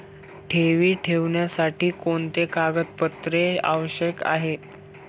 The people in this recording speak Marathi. ठेवी ठेवण्यासाठी कोणते कागदपत्रे आवश्यक आहे?